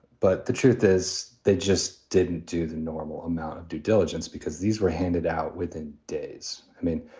but the truth is they just didn't do the normal amount of due diligence because these were handed out within days. i mean,